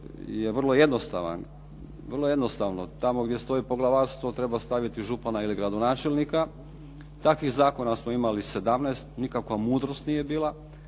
je vrlo jednostavan, vrlo jednostavno tamo gdje stoji poglavarstvo treba staviti župana ili gradonačelnika. Takvih zakona smo imali 17, nikakva mudrost nije bila.